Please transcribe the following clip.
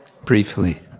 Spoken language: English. briefly